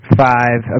five